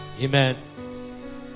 Amen